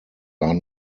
are